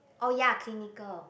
oh ya clinical